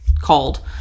called